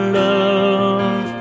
love